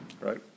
right